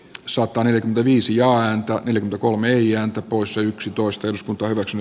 sopanen viisi ja antaa yli kolme neljä usa yksitoista eduskunta hyväksyi